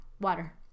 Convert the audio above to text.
Water